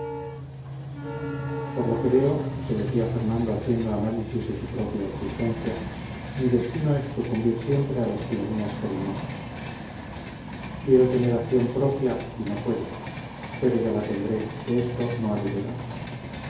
por lo que veo se decía fernando haciendo análisis de su propia existencia mi destino es sucumbir siempre a las tiranías cariñosas quiero tener acción propia y no puedo pero ya la tendré que esto no ha de durar